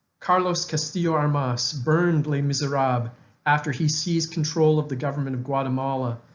carlos castillo armas burned les miserables after he seized control of the government of guatemala,